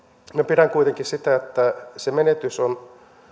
minä pidän kuitenkin että se menetys on